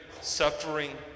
suffering